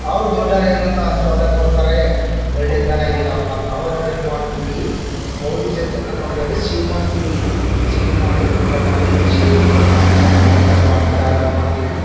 ಅವ್ರು ದೊಡ್ಡವ್ರು ಏನಂತ ಆಶೀರ್ವಾದ ಕೊಡ್ತಾರೆ ಒಳ್ಳೆತನ ಇದೀರಪ್ಪ ಅಂತ ಅವತ್ತು ಏನು ಮಾಡ್ತೀವಿ ಮೂರು ದಿವಸ ಚಂದ್ರನ ನೋಡ್ದಾಗ ಸಿಹಿ ಮಾಡ್ತೀವಿ ಸಿಹಿ ಮಾಡಿ ಊಟ ಮಾಡಿ ಸಿಹಿಗೆ ಪಾಯಸ ಯಾವ ಥರ ಮಾಡ್ತೀರ ಆ ಥರ ಮಾಡ್ತೀವಿ